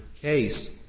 case